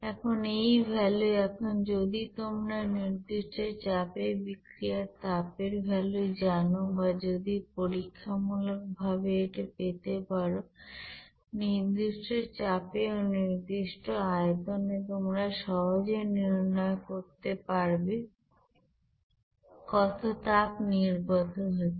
এখন এই ভ্যালু এখন যদি তোমরা নির্দিষ্ট চাপে বিক্রিয়ার তাপের ভ্যালু জানো বা যদি পরীক্ষামূলকভাবেই এটা পেতে পারো নির্দিষ্ট চাপে ও নির্দিষ্ট আয়তনে তোমরা সহজে নির্ণয় করতে পারবে কত তাপ নির্গত হচ্ছে